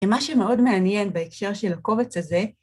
ומה שמאוד מעניין בהקשר של הקובץ הזה,